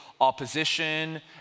opposition